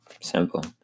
Simple